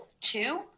two